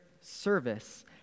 service